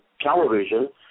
television